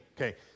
Okay